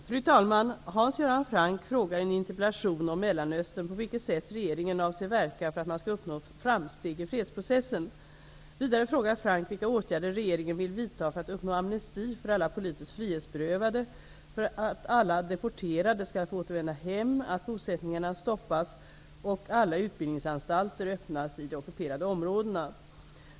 Fru talman! Hans Göran Franck frågar i en interpellation om Mellanöstern på vilket sätt regeringen avser verka för att man skall uppnå framsteg i fredsprocessen. Vidare frågar Franck vilka åtgärder regeringen vill vidta för att uppnå amnesti för alla politiskt frihetsberövade, för att alla deporterade skall få återvända hem, att bosättningarna stoppas och alla utbildningsanstalter öppnas i de ockuperade områdena.